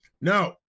No